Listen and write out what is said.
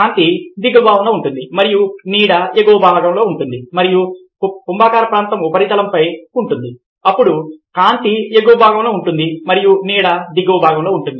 కాంతి దిగువ భాగంలో ఉంటుంది మరియు నీడ ఎగువ భాగంలో మరియు కుంభాకార ప్రాంతం ఉపరితలంపై ఉంటుంది అప్పుడు కాంతి ఎగువ భాగంలో ఉంటుంది మరియు నీడ దిగువ భాగంలో ఉంటుంది